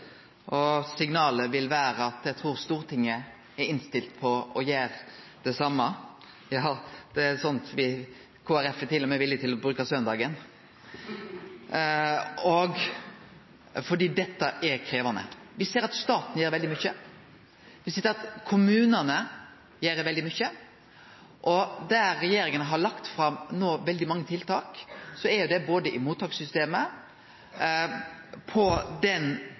og dag – og helgar. Signalet vil vere – trur eg – at Stortinget er innstilt på å gjere det same. Kristeleg Folkeparti er til og med villig til å bruke søndagen, fordi dette er krevjande. Me ser at staten gjer veldig mykje. Me har sett at kommunane gjer veldig mykje. Og regjeringa har no lagt fram veldig mange tiltak i mottakssystemet – i